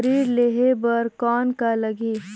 ऋण लेहे बर कौन का लगही?